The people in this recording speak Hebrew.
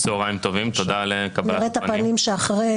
אנחנו לא מתכוונים לשתף פעולה.